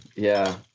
yeah.